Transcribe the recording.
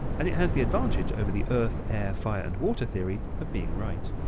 and it has the advantage over the earth, air, fire, and water theory of being right.